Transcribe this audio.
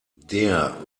der